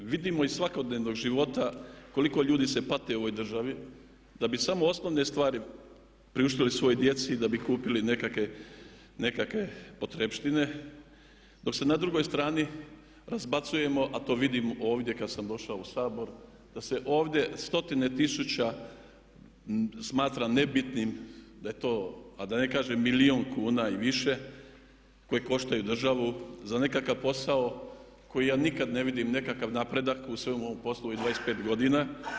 Vidimo iz svakodnevnog života koliko ljudi se pati u ovoj državi da bi samo osnovne stvari priuštili svojoj djeci i da bi kupili nekakve potrepštine, dok se na drugoj strani razbacujemo a to vidim ovdje kad sam došao u Sabor, da se ovdje stotine tisuća smatra nebitnim, da je to, a da ne kažem milijun kuna i više koje koštaju državu za nekakav posao koji ja nikad ne vidim nekakav napredak u svem ovom poslu, u ovih 25 godina.